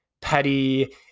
petty